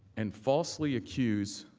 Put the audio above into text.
and falsely accuse